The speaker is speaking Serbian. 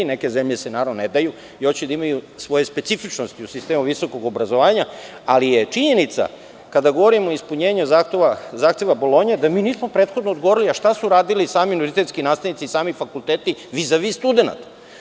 Neke zemlje se ne daju i hoće da imaju svoje specifičnosti u sistemu visokog obrazovanja, ali je činjenica kada govorimo o ispunjenju zahteva Bolonje da mi nismo prethodno odgovorili šta su uradili samo univerzitetski nastavnici i sami fakulteti vizavi studenata.